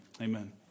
amen